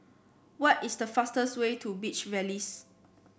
what is the fastest way to Beach Villas